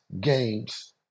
games